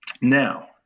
Now